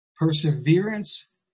Perseverance